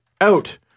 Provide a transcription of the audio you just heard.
Out